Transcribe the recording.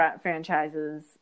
franchises